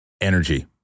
energy